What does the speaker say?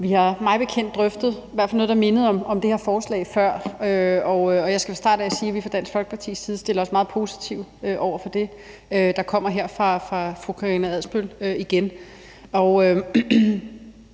Vi har mig bekendt drøftet noget, der i hvert fald mindede om det her forslag, før, og jeg skal fra start af sige, at vi fra Dansk Folkepartis side stiller os meget positivt over for det, der kommer her fra fru Karina Adsbøl igen.